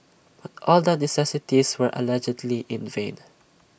but all the niceties were allegedly in vain